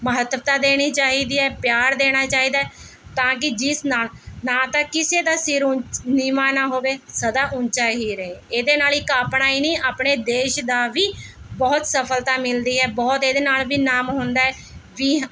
ਮਹੱਤਤਾ ਦੇਣੀ ਚਾਹੀਦੀ ਹੈ ਪਿਆਰ ਦੇਣਾ ਚਾਹੀਦਾ ਹੈ ਤਾਂ ਕਿ ਜਿਸ ਨਾਲ਼ ਨਾ ਤਾਂ ਕਿਸੇ ਦਾ ਸਿਰ ਉ ਨੀਵਾਂ ਨਾ ਹੋਵੇ ਸਦਾ ਉੱਚਾ ਹੀ ਰਹੇ ਇਹ ਦੇ ਨਾਲ਼ ਇੱਕ ਆਪਣਾ ਹੀ ਨਹੀਂ ਆਪਣੇ ਦੇਸ਼ ਦਾ ਵੀ ਬਹੁਤ ਸਫ਼ਲਤਾ ਮਿਲਦੀ ਹੈ ਬਹੁਤ ਇਹਦੇ ਨਾਲ਼ ਵੀ ਨਾਮ ਹੁੰਦਾ ਵੀ